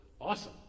awesome